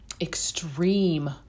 extreme